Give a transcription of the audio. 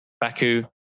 Baku